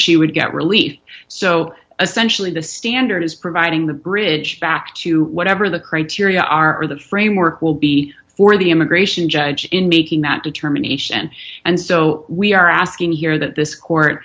she would get relief so essentially the standard is providing the bridge back to whatever the criteria are or the framework will be for the immigration judge in making that determination and so we are asking here that this court